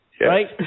Right